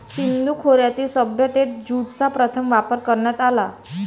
सिंधू खोऱ्यातील सभ्यतेत ज्यूटचा प्रथम वापर करण्यात आला